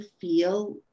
feel